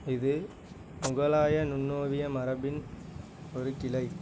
இது முகலாய நுண்ணோவிய மரபின் ஒரு கிளை